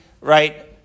right